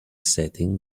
setting